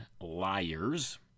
liars